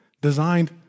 designed